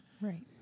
Right